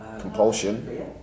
compulsion